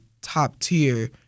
top-tier